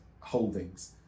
holdings